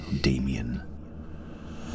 Damien